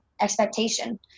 expectation